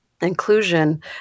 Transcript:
inclusion